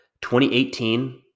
2018